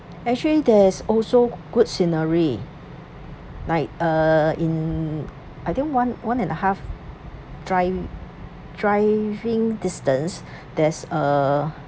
actually there's also good scenery like uh in I think one one and a half drive driving distance there's uh